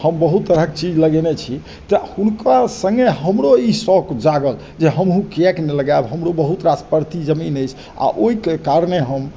हमहू तऽ तरहक चीज लगेने छी तैॅं हुनकर सङ्गे हमरो ई शौक जागल जे हमहुँ किएक नहि लगाएब हमरो बहुत रास परती जमीन अछि आ ओहिके कारणे हम